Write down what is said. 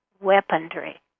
weaponry